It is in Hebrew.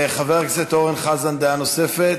חבר הכנסת אורן חזן, דעה נוספת.